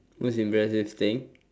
most impressive thing